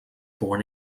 born